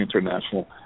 International